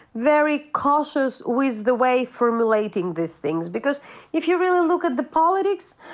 very cautious with the way formulating these things, because if you really look at the politics,